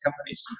companies